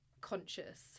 conscious